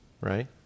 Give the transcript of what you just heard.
right